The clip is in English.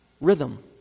Rhythm